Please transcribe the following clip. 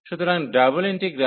সুতরাং double integral